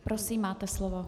Prosím, máte slovo.